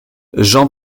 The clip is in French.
jean